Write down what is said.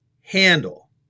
handle